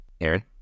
Aaron